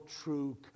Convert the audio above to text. true